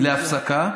להפסקה.